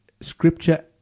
Scripture